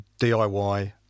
DIY